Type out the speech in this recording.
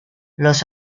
los